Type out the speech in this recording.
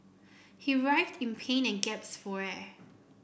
he writhed in pain and gasped for air